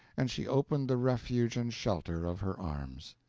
and she opened the refuge and shelter of her arms.